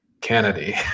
kennedy